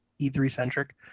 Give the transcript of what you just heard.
E3-centric